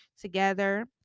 together